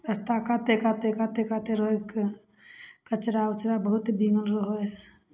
रास्ता काते काते काते काते रोकिके कचरा उचरा बहुत बिङ्गल रहै हइ